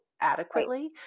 adequately